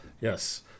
Yes